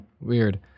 Weird